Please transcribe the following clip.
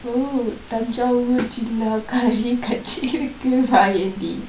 oh tanjore ஜில்லாக்காரி கட்ச்சேரிக்கு வாயேன்டி:jilaakaari katcheriku vaayendi